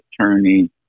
attorney